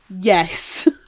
Yes